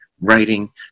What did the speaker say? writing